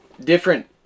different